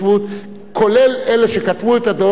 כולל אלה שכתבו את הדוח, אז הוא טועה.